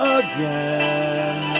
again